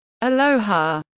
Aloha